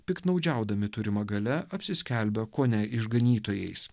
piktnaudžiaudami turima galia apsiskelbia kone išganytojais